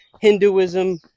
Hinduism